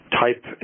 type